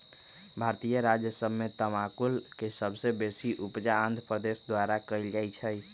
भारतीय राज्य सभ में तमाकुल के सबसे बेशी उपजा आंध्र प्रदेश द्वारा कएल जाइ छइ